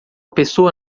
pessoa